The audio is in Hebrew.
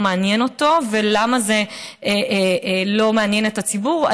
מעניין אותו ולמה זה לא מעניין את הציבור.